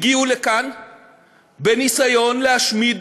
הגיעו לכאן בניסיון להשמיד,